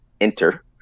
enter